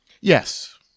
yes